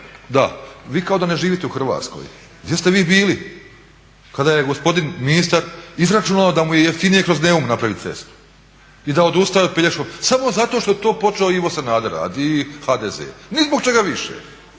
Da, vi kao da ne živite u Hrvatskoj. Gdje ste vi bili kada je gospodin ministar izračunao da mu je jeftinije kroz Neum napraviti cestu i da odustaje od Pelješkog samo zato što je to počeo Ivo Sanader radit i HDZ, ni zbog čega više.